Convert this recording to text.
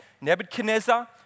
Nebuchadnezzar